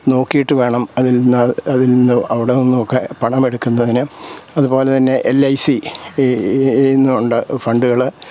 നോക്കിയിട്ട് വേണം അതിൽനിന്ന് അതിൽനിന്ന് അവിടെ നിന്നുമൊക്കെ പണമെടുക്കുന്നതിന് അതുപോലെ തന്നെ എൽ ഐ സി ഈന്നുണ്ട് ഫണ്ടുകൾ